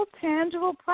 tangible